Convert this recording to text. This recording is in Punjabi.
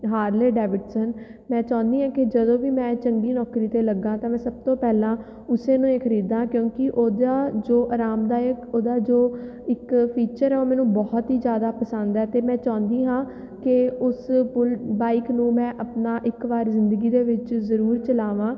ਹਾਰਲੇ ਡੈਵਿਡਸਨ ਮੈਂ ਚਾਹੁੰਦੀ ਹਾਂ ਕਿ ਜਦੋਂ ਵੀ ਮੈਂ ਚੰਗੀ ਨੌਕਰੀ 'ਤੇ ਲੱਗਾ ਤਾਂ ਮੈਂ ਸਭ ਤੋਂ ਪਹਿਲਾਂ ਉਸ ਨੂੰ ਹੀ ਖਰੀਦਾਂ ਕਿਉਂਕਿ ਉਹਦਾ ਜੋ ਆਰਾਮਦਾਇਕ ਉਹਦਾ ਜੋ ਇੱਕ ਫੀਚਰ ਆ ਉਹ ਮੈਨੂੰ ਬਹੁਤ ਹੀ ਜ਼ਿਆਦਾ ਪਸੰਦ ਹੈ ਅਤੇ ਮੈਂ ਚਾਹੁੰਦੀ ਹਾਂ ਕਿ ਉਸ ਬੁੱਲ ਬਾਈਕ ਨੂੰ ਮੈਂ ਆਪਣਾ ਇੱਕ ਵਾਰ ਜ਼ਿੰਦਗੀ ਦੇ ਵਿੱਚ ਜ਼ਰੂਰ ਚਲਾਵਾਂ